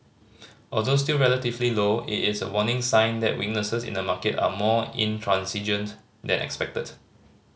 although still relatively low it is a warning sign that weaknesses in the market are more intransigent than expected